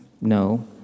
no